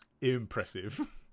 Impressive